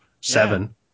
seven